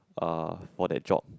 uh for that job